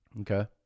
Okay